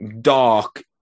dark